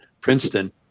princeton